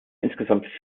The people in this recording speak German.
insgesamt